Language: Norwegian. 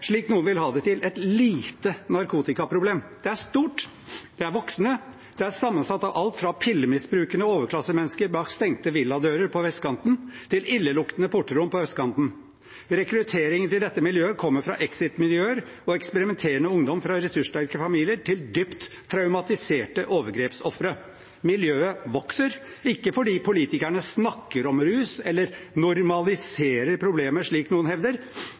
slik noen vil ha det til, et lite narkotikaproblem. Det er stort, det er voksende, og det er sammensatt av alt fra pillemisbrukende overklassemennesker bak stengte villadører på vestkanten til illeluktende portrom på østkanten. Rekrutteringen til dette miljøet kommer fra alt fra «Exit»-miljøer og eksperimenterende ungdom fra ressurssterke familier til dypt traumatiserte overgrepsofre. Miljøet vokser ikke fordi politikerne snakker om rus eller normaliserer problemet, slik noen hevder,